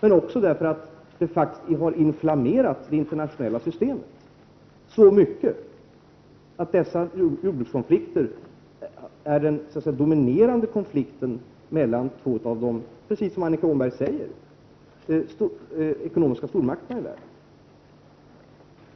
Men det internationella systemet har också blivit så inflammerat, att dessa jordbrukskonflikter är den dominerande konflikten mellan de två ekonomiska stormakterna därvidlag, precis som Annika Åhnberg sade.